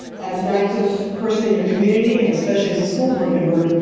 as an active person in your community, and especially as a school board member,